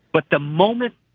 but the moment.